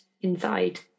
inside